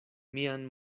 mian